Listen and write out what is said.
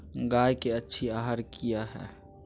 गाय के अच्छी आहार किया है?